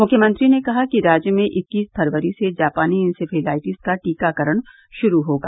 मुख्यमंत्री ने कहा कि राज्य में इक्कीस फरवरी से जापानी इंसेफेलाइटिस का टीकाकरण शुरू होगा